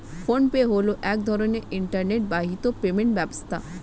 phone pay হলো এক ধরনের ইন্টারনেট বাহিত পেমেন্ট ব্যবস্থা